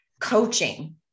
coaching